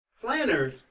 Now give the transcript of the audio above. planners